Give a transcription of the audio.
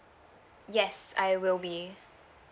yes I will be